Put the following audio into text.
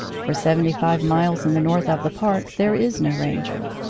for seventy-five miles in the north of the park there is no ranger.